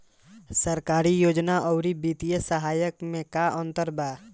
सरकारी योजना आउर वित्तीय सहायता के में का अंतर बा?